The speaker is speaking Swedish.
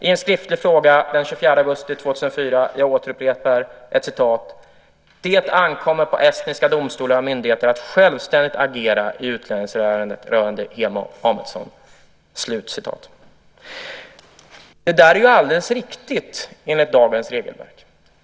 I ett svar den 24 augusti 2004 på en skriftlig fråga sägs beträffande Hemo Amedsson: "Det ankommer på estniska domstolar och myndigheter att självständigt agera i utlämningsärendet." Det är alldeles riktigt enligt dagens regelverk.